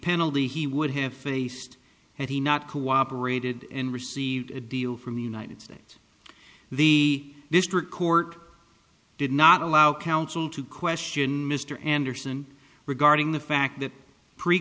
penalty he would have faced had he not cooperated and received a deal from the united states the district court did not allow counsel to question mr anderson regarding the fact that